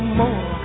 more